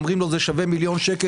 אומרים לו: זה שווה מיליון שקל,